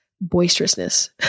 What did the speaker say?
boisterousness